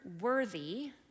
worthy